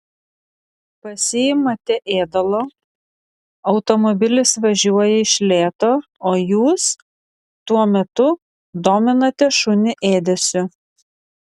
pasiimate ėdalo automobilis važiuoja iš lėto o jūs tuo metu dominate šunį ėdesiu